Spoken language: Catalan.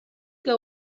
que